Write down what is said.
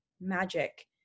magic